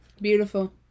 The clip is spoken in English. Beautiful